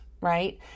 right